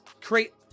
create